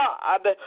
God